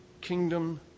Kingdom